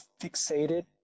fixated